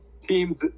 teams